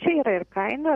čia yra ir kaina